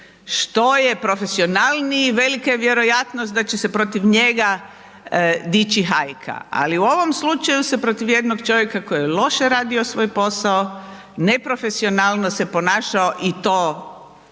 Što je profesionalniji, velika je vjerojatnost da će se protiv njega dići hajka. Ali, u ovom slučaju se protiv jednog čovjeka koji je loše radio svoj posao, neprofesionalno se ponašao i to